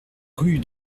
rue